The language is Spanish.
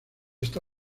esta